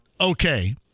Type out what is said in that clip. okay